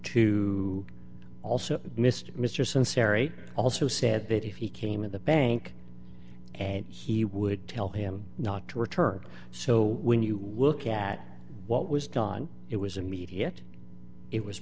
to also mr mr sunseri also said that if he came in the bank and he would tell him not to return so when you look at what was done it was immediate it was